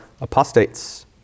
apostates